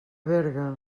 berga